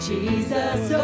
Jesus